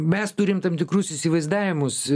mes turim tam tikrus įsivaizdavimus